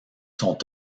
sont